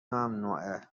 ممنوعه